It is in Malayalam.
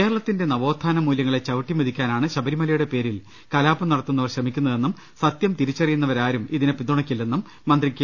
കേരളത്തിന്റെ നവോത്ഥാന മൂല്യങ്ങളെ ചവുട്ടി മെതിക്കാനാണ് ശബരിമലയുടെ പേരിൽ കലാപം നടത്തുന്നവർ ശ്രമിക്കുന്നതെന്നും സത്യം തിരിച്ചറിയുന്ന വരാരും ഇതിനെ പിന്തുണയ്ക്കില്ലെന്നും മന്ത്രി കെ